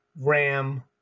RAM